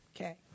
Okay